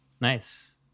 nice